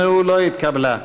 מצביעים.